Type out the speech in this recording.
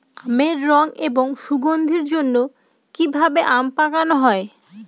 আমের রং এবং সুগন্ধির জন্য কি ভাবে আম পাকানো হয়?